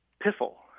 piffle